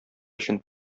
өчен